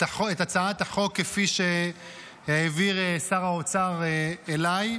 הצעת החוק כפי שהעביר שר האוצר אליי.